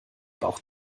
bauch